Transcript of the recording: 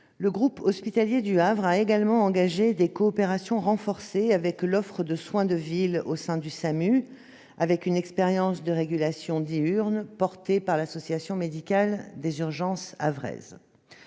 Le groupe hospitalier du Havre a également engagé des coopérations renforcées avec l'offre de soins de ville au sein du SAMU, avec une expérimentation de régulation diurne portée par l'Association médicale des urgences havraises.